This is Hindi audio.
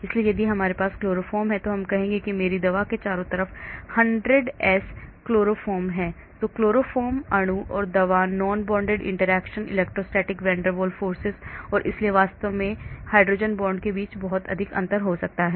इसलिए यदि हमारे पास क्लोरोफॉर्म है तो कहेंगे कि मेरी दवा के चारों ओर 100s क्लोरोफॉर्म हैं तो क्लोरोफॉर्म अणु और दवा non bonded interaction electrostatic van der Waals और इसलिए वास्तव में या हाइड्रोजन बांड के बीच बहुत अधिक अंतर हो सकता है